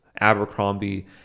Abercrombie